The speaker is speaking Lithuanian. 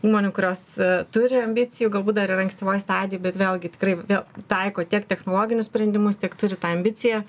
įmonių kurios turi ambicijų galbūt dar yra ankstyvoj stadijoj bet vėlgi tikrai vėl taiko tiek technologinius sprendimus tiek turi tą ambiciją